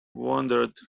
wondered